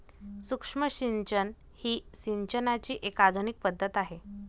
सूक्ष्म सिंचन ही सिंचनाची एक आधुनिक पद्धत आहे